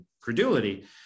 credulity